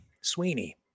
Sweeney